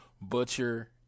Butcher